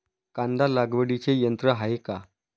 कांदा लागवडीचे यंत्र आहे का?